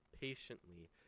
patiently